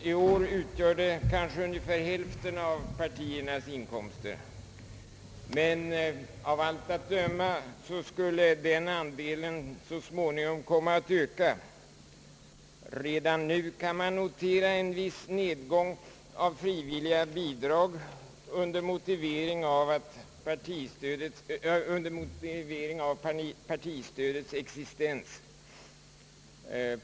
I år utgör det kanske ungefär hälften av partiernas inkomster, men av allt att döma skulle denna andel så småningom öka. Redan nu kan man notera en viss nedgång i de frivilliga bidragen under motivering av partistödets existens.